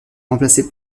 remplacé